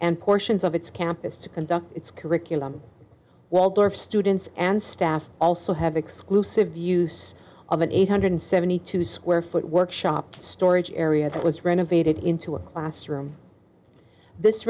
and portions of its campus to conduct its curriculum waldorf students and staff also have exclusive use of an eight hundred seventy two square foot workshop storage area that was renovated into a classroom this